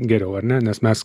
geriau ar ne nes mes